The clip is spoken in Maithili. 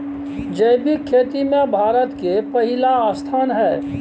जैविक खेती में भारत के पहिला स्थान हय